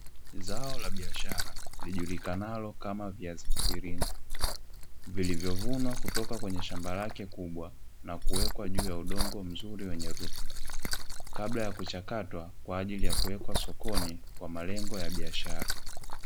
Zao la biashara, lijulikanalo kama viazi mviringo vilivyovunwa kutoka kwenye shamba lake kubwa na kuwekwa kwenye udongo mzuri wenye rutuba. Kabla ya kuchakatwa kwa ajili ya kuwekwa sokoni kwa malengo ya biashara.